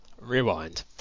Rewind